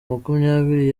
makumyabiri